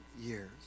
years